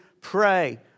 Pray